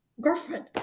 girlfriend